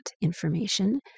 information